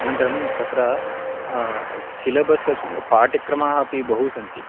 अनन्तरं तत्र सिलबस् द् पाठ्यक्रमः अपि बहु सन्ति